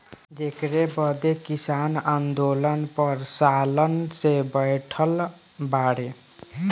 जेकरे बदे किसान आन्दोलन पर सालन से बैठल बाड़े